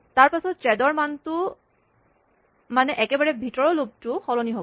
তাৰপাছত জেড ৰ মানটো মানে একেবাৰে ভিতৰৰ লুপ টো সলনি হ'ব